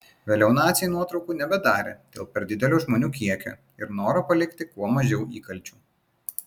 vėliau naciai nuotraukų nebedarė dėl per didelio žmonių kiekio ir noro palikti kuo mažiau įkalčių